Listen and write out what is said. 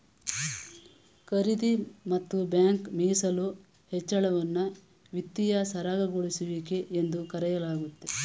ಖರೀದಿ ಮತ್ತು ಬ್ಯಾಂಕ್ ಮೀಸಲು ಹೆಚ್ಚಳವನ್ನ ವಿತ್ತೀಯ ಸರಾಗಗೊಳಿಸುವಿಕೆ ಎಂದು ಕರೆಯಲಾಗುತ್ತೆ